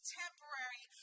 temporary